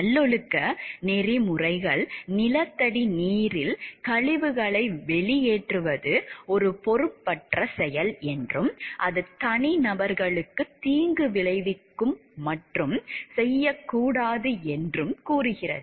நல்லொழுக்க நெறிமுறைகள் நிலத்தடி நீரில் கழிவுகளை வெளியேற்றுவது ஒரு பொறுப்பற்ற செயல் என்றும் அது தனிநபர்களுக்கு தீங்கு விளைவிக்கும் மற்றும் செய்யக்கூடாது என்றும் கூறுகிறது